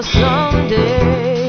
someday